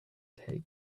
tape